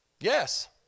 Yes